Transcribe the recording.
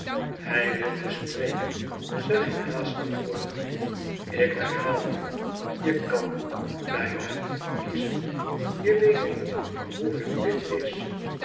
hij wilde spreken ze ging haastig voort ik herhaal je je kan bijna kiezen je weet niet hoeveel dit is